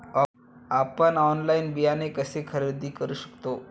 आपण ऑनलाइन बियाणे कसे खरेदी करू शकतो?